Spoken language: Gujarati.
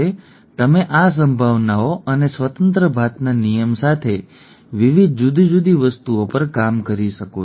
તેથી તમે આ સંભાવનાઓ અને સ્વતંત્ર ભાતના નિયમ સાથે વિવિધ જુદી જુદી વસ્તુઓ પર કામ કરી શકો છો